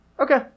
Okay